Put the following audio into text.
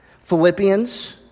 Philippians